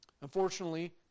Unfortunately